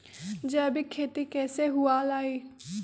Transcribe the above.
जैविक खेती कैसे हुआ लाई?